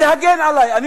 תנו לי הגנה ופריווילגיות,